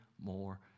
more